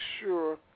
sure